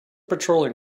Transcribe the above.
patrolling